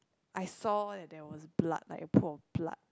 I saw that there was blood like a pool of blood